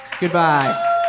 Goodbye